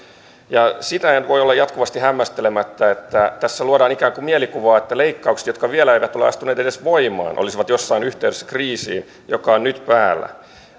sitä en voi olla jatkuvasti hämmästelemättä että tässä ikään kuin luodaan mielikuvaa että leikkaukset jotka vielä eivät ole astuneet edes voimaan olisivat jossain yhteydessä kriisiin joka on nyt päällä